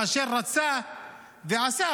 כאשר רצה ועשה,